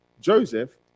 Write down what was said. Joseph